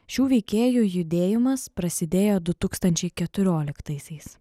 šių veikėjų judėjimas prasidėjo du tūkstančiai keturioliktaisiais